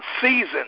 season